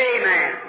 Amen